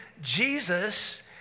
Jesus